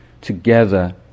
together